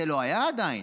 זה לא היה עדיין.